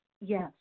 Yes